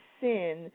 sin